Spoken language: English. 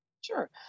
Sure